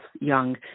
young